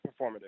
performative